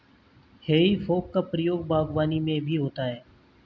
हेइ फोक का प्रयोग बागवानी में भी होता है